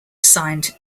assigned